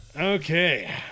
Okay